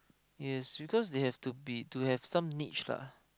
yes because they have to be to have some niche lah